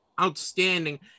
outstanding